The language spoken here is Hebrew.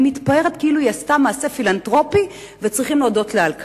היא מתפארת כאילו עשתה מעשה פילנתרופי וצריכים להודות לה על כך.